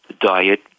diet